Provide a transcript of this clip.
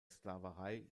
sklaverei